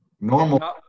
Normal